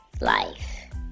Life